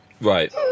Right